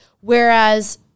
Whereas